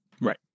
Right